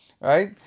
right